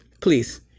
please